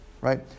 right